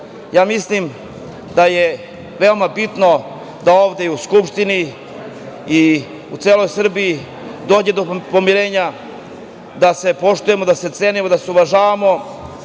Mislim da je veoma bitno da ovde i u Skupštini i u celoj Srbiji dođe do pomirenje, da se poštujemo, da se cenimo, da se uvažavamo,